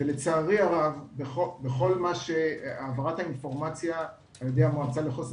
ולצערי הרב בכל העברת האינפורמציה על ידי המועצה לחוסן